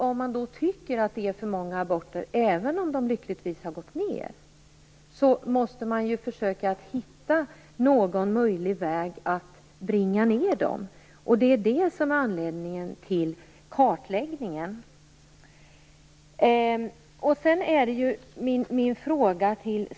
Om man tycker att det är för många aborter, även om antalet lyckligtvis har gått ned, måste man försöka att hitta någon möjlig väg att bringa ned dem. Det är anledningen till kartläggningen.